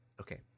okay